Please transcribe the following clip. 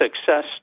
success